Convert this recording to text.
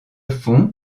fond